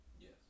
Yes